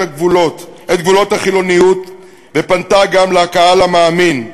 גבולות החילוניות ופונה גם לקהל המאמין,